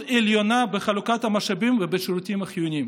עליונה בחלוקת המשאבים ובשירותים החיוניים.